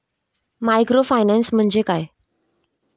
Microfinance म्हणजे काय?